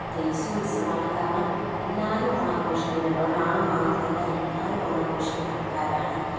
ദേശീയ ഉത്സവമാണ് കാരണം എല്ലാവരും ഓണം ആഘോഷിക്കുന്നുണ്ട് ഒരാൾ മാത്രമല്ല എല്ലാവരും ഓണം ആഘോഷിക്കുന്ന ആൾക്കാരാണ്